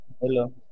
Hello